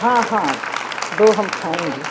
हाँ हाँ दो हम खाएँगे